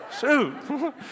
Shoot